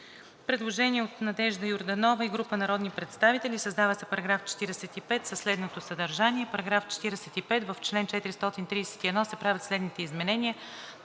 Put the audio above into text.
Предложение от Надежда Йорданова и група народни представители: „Създава се § 45 със следното съдържание: „§ 45. В чл. 431 се правят следните изменения: